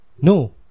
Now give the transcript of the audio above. no